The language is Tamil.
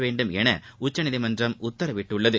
வேண்டுமென உச்சநீதிமன்றம் உத்தரவிட்டுள்ளது